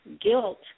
guilt